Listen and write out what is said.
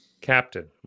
Captain